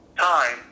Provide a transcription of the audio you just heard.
time